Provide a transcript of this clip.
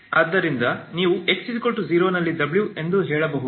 ಅದರಿಂದ ನೀವು x 0 ನಲ್ಲಿ w ಎಂದು ಹೇಳಬಹುದು